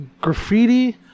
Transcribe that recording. graffiti